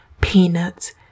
peanuts